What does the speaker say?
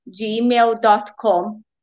gmail.com